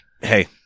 Hey